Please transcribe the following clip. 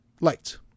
lights